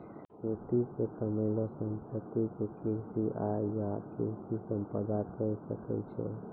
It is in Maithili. खेती से कमैलो संपत्ति क कृषि आय या कृषि संपदा कहे सकै छो